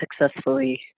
successfully